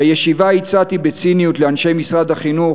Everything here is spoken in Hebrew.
בישיבה הצעתי בציניות לאנשי משרד החינוך